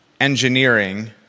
engineering